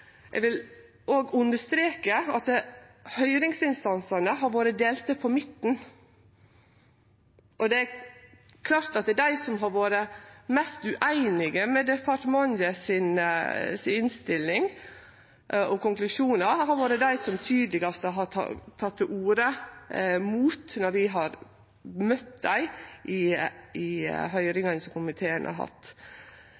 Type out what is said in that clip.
Eg vil òg understreke at høyringsinstansane har vore delte på midten. Og det er klart at dei som har vore mest ueinig i innstillinga og konklusjonane frå departementet, har vore dei som tydelegast har teke til orde imot når vi har møtt dei i